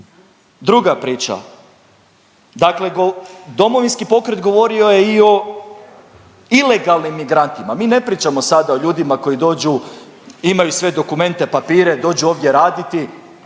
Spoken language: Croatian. Druga priča, dakle Domovinski pokret govorio je i o ilegalnim migrantima. Mi ne pričamo sada o ljudima koji dođu, imaju sve dokumente, papire dođu ovdje raditi.